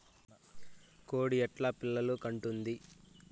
కోడి ఎట్లా పిల్లలు కంటుంది?